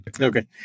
Okay